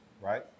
right